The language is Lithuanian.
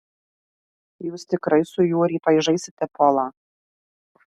jūs tikrai su juo rytoj žaisite polą